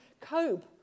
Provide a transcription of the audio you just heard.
cope